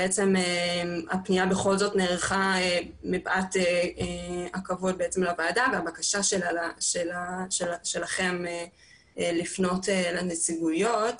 הפנייה בכל זאת נערכה מפאת הכבוד לוועדה והבקשה שלכם לפנות לנציגויות.